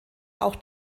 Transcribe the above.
auch